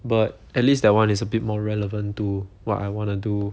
but at least that one is a bit more relevant to what I wanna do